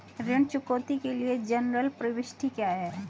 ऋण चुकौती के लिए जनरल प्रविष्टि क्या है?